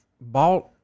bought